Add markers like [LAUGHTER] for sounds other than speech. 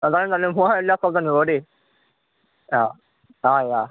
[UNINTELLIGIBLE]